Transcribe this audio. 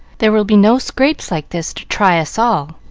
there will be no scrapes like this to try us all.